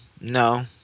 No